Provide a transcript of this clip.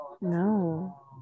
No